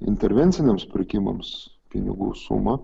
intervenciniams pirkimams pinigų sumą